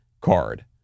card